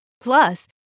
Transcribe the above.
Plus